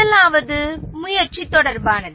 முதலாவது ஊக்குவித்தல் தொடர்பானது